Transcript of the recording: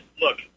look